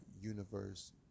universe